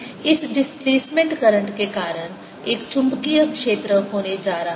इस displacement current के कारण एक चुंबकीय क्षेत्र होने जा रहा है